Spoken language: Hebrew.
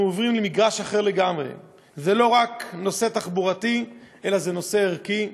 אנחנו עוברים למגרש אחר לגמרי: זה לא רק נושא תחבורתי אלא זה נושא ערכי,